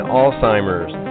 Alzheimer's